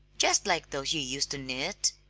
just like those you used to knit!